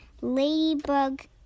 Ladybug